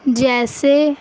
جیسے